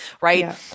right